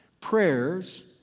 prayers